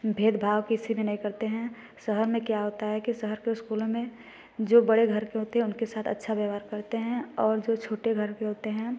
भेदभाव किसी में नहीं करते हैं शहर में क्या होता है कि शहर के स्कूलों में जो बड़े घर के होते है उनके साथ अच्छा व्यवहार करते हैं और जो छोटे घर के होते हैं